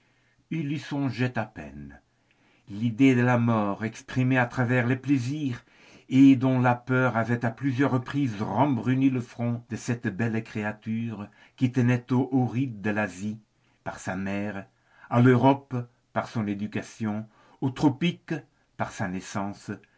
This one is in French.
il y songeait à peine l'idée de la mort exprimée à travers les plaisirs et dont la peur avait à plusieurs reprises rembruni le front de cette belle créature qui tenait aux houris de l'asie par sa mère à l'europe par son éducation aux tropiques par sa naissance